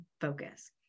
focus